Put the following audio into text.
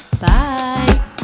Bye